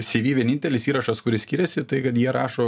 cv vienintelis įrašas kuris skiriasi tai kad jie rašo